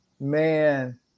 man